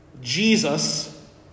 Jesus